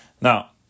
Now